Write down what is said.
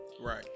right